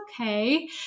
okay